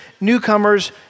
newcomers